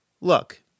Look